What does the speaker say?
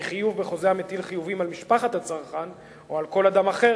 מחיוב בחוזה המטיל חיובים על משפחת הצרכן או על כל אדם אחר,